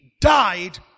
died